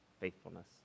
faithfulness